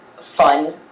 fun